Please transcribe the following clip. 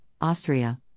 Austria